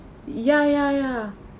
ya ya ya